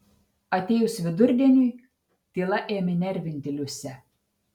atėjus vidurdieniui tyla ėmė nervinti liusę